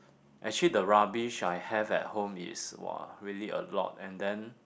actually the rubbish I have at home is !wah! really a lot and then